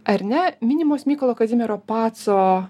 ar ne minimos mykolo kazimiero paco